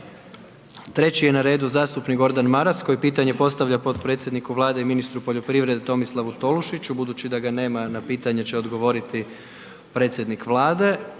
Treći je na redu zastupnik Gordan Maras koji pitanje postavlja potpredsjedniku Vlade i ministru poljoprivrede Tomislavu Tolušiću, budući da ga nema na pitanje će odgovoriti predsjednik Vlade.